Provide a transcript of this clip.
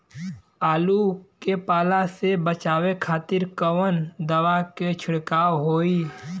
आलू के पाला से बचावे के खातिर कवन दवा के छिड़काव होई?